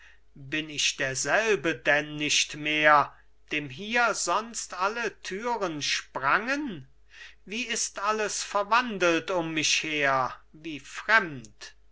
bin ich derselbe denn nicht mehr dem hier sonst alle türen sprangen wie ist alles verwandelt um mich her wie fremd